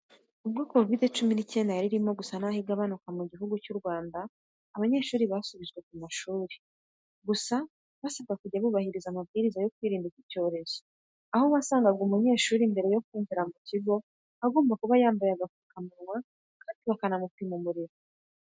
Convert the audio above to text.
Ubwo kovide cyumi n'icyenda yari irimo gusa n'aho igabanuka mu gihugu cy'u Rwanda, abanyeshuri basubijwe ku mashuri gusa basabwa kujya bubahiriza amabwiriza yo kwirinda iki cyorezo, aho wasangaga umunyeshuri mbere yo kwinjira mu kigo agomba kuba yambaye agapfukamunwa kandi bakanamupima umuriro.